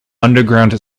underground